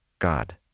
god.